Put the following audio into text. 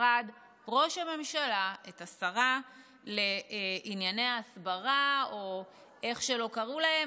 במשרד ראש הממשלה את השרה לענייני ההסברה או איך שלא קראו להם.